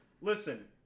listen